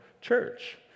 church